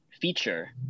feature